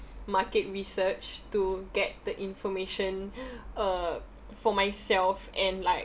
market research to get the information uh for myself and like